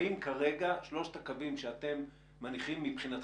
האם כרגע שלושת הקווים שאתם מניחים מבחינתכם,